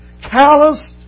Callous